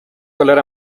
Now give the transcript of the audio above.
color